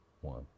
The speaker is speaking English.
one